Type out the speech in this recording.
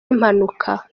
impanuka